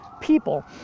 people